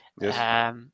Yes